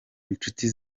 inshuti